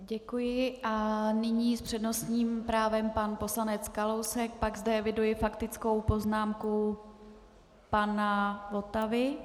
Děkuji a nyní s přednostním právem pan poslanec Kalousek, pak zde eviduji faktickou poznámku pana Votavy.